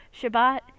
Shabbat